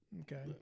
okay